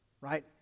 right